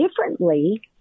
differently